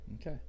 Okay